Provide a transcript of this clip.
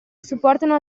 supportano